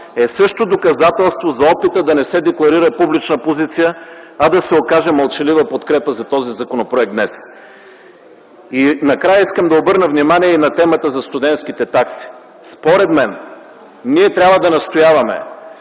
е също доказателство за опита да не се декларира публична позиция, а да се окаже мълчалива подкрепа за този законопроект днес. И накрая искам да обърна внимание и на темата за студентските такси. Според мен ние трябва да настояваме